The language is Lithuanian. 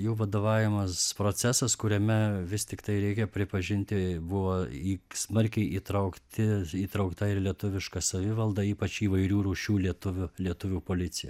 jų vadovaujamas procesas kuriame vis tiktai reikia pripažinti buvo į smarkiai įtraukti įtraukta ir lietuviška savivalda ypač įvairių rūšių lietuvių lietuvių policija